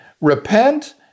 Repent